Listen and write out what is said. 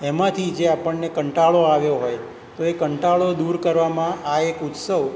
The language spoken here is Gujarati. એમાંથી જે આપણને કંટાળો આવ્યો હોય તો એ કંટાળો દૂર કરવામાં આ એક ઉત્સવ